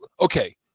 Okay